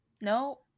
no